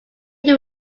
new